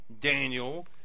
Daniel